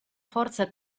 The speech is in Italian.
forza